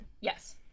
Yes